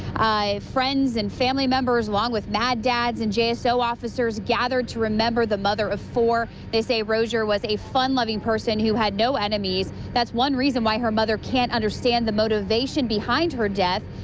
friends and family members along with mad dads and jso officers gathered to remember the mother of four. they say rozier was a fun-loving person who had no enemies. that's one reason why her mother want understand the motivation behind her death.